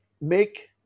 make